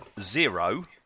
zero